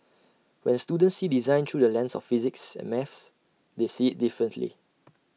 when students see design through the lens of physics and maths they see IT differently